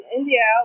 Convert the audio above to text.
India